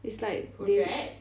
it's like the~